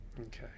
Okay